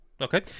okay